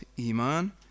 Iman